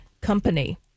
company